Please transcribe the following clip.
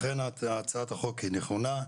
לכן הצעת החוק היא נכונה.